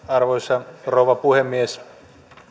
arvoisa rouva puhemies kuten